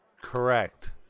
Correct